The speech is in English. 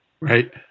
Right